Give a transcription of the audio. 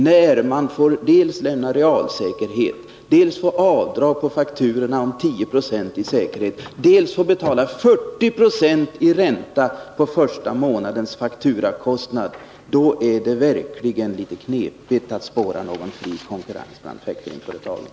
När man dels måste lämna realsäkerhet, dels får avdrag på fakturorna om 10 96 i säkerhet, dels också skall betala 40 96 i ränta på första månadens fakturakostnad, då är det verkligen litet knepigt att spåra någon fri konkurrens bland factoringföretagen.